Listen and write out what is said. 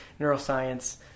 neuroscience